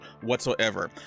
whatsoever